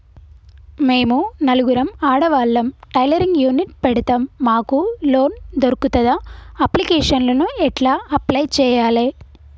మేము నలుగురం ఆడవాళ్ళం టైలరింగ్ యూనిట్ పెడతం మాకు లోన్ దొర్కుతదా? అప్లికేషన్లను ఎట్ల అప్లయ్ చేయాలే?